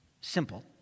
simple